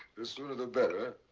the sooner, the better.